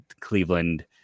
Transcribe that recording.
Cleveland